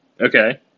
Okay